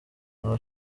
ntaba